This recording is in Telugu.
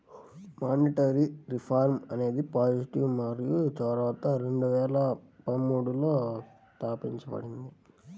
మానిటరీ రిఫార్మ్ అనేది పాజిటివ్ మనీ చొరవతో రెండు వేల పదమూడులో తాపించబడింది